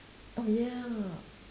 oh ya